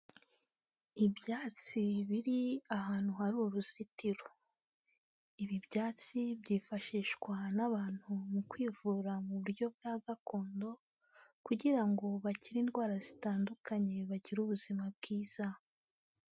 Ibyatsi biri ahantu hari uruzitiro, ibi byatsi byifashishwa n'abantu mu kwivura mu buryo bwa gakondo kugira ngo bakire indwara zitandukanye bagire ubuzima bwiza.